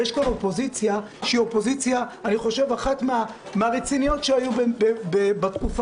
יש כאן אופוזיציה שהיא אחת הרציניות שהיו פה בתקופה